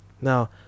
Now